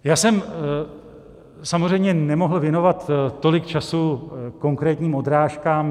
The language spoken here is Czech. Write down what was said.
Já jsem samozřejmě nemohl věnovat tolik času konkrétním odrážkám.